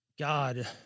God